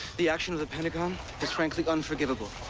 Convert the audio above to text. the action of the pentagon was frankly unforgivable.